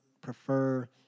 prefer